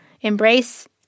embrace